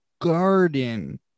garden